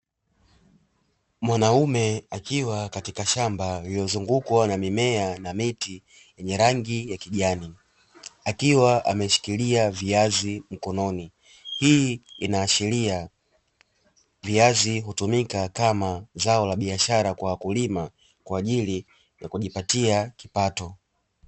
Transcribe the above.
Mwanaume akiwa katika shamba lililozungukwa na mimea na miti yenye rangi ya kijani; akiwa ameshikilia viazi mkononi, hii inaashiria viazi hutumika kama zao la biashara kwa wakulima kwa ajili ya kujipatia kipato.